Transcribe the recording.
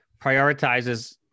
prioritizes